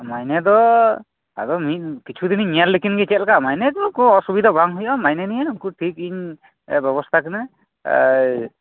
ᱢᱟᱭᱱᱮ ᱫᱚ ᱟᱫᱚ ᱠᱤᱪᱷᱩ ᱫᱤᱱᱤᱧ ᱧᱮᱞ ᱞᱮᱠᱤᱱ ᱜᱮ ᱪᱮᱫ ᱞᱮᱠᱟ ᱢᱟᱭᱱᱮ ᱱᱤᱭᱮ ᱫᱚ ᱚᱥᱩᱵᱤᱫᱟ ᱫᱚ ᱵᱟᱝ ᱦᱩᱭᱩᱜᱼᱟ ᱚᱱᱟ ᱱᱤᱭᱮ ᱫᱚ ᱴᱷᱤᱠ ᱤᱧ ᱵᱮᱵᱚᱥᱛᱟ ᱟᱠᱤᱱᱟ